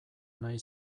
nahi